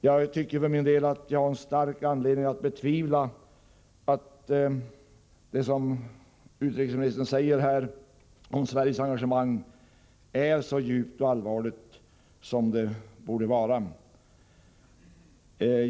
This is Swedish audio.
Jag tycker för min del att jag har stark anledning att betvivla att Sveriges engagemang är så djupt och allvarligt som utrikesministern säger och som det borde vara.